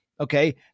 okay